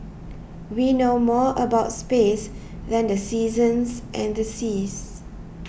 we know more about space than the seasons and the seas